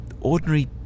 ordinary